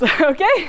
okay